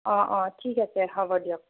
অঁ অঁ ঠিক আছে হ'ব দিয়ক